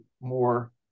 more